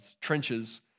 trenches